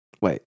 wait